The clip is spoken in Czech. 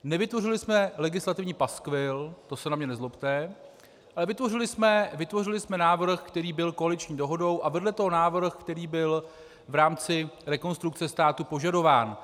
Nevytvořili jsme legislativní paskvil, to se na mě nezlobte, ale vytvořili jsme návrh, který byl koaliční dohodou, a vedle toho návrh, který byl v rámci Rekonstrukce státu požadován.